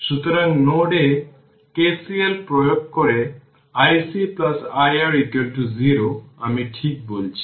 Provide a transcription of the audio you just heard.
সুতরাং নোড এ KCL প্রয়োগ করে iC iR 0 আমি ঠিক বলেছি